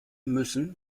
müssen